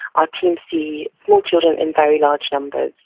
our teams see small children in very large numbers.